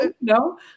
no